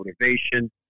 motivation